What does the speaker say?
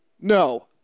no